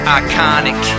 iconic